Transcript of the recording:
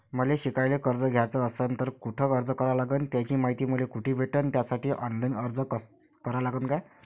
मले शिकायले कर्ज घ्याच असन तर कुठ अर्ज करा लागन त्याची मायती मले कुठी भेटन त्यासाठी ऑनलाईन अर्ज करा लागन का?